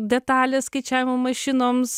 detalės skaičiavimo mašinoms